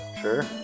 Sure